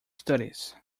studies